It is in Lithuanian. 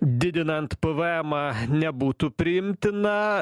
didinant pvmą nebūtų priimtina